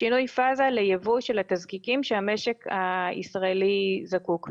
שינוי גישה לייבוא של התזקיקים שהמשק הישראלי זקוק לו,